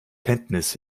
kenntnis